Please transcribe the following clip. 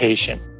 patient